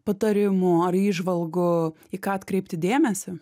patarimų ar įžvalgų į ką atkreipti dėmesį